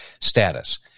status